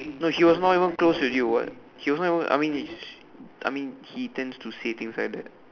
no he was not even close to you what he was not even I mean I mean he tends to say things like that